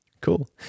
Cool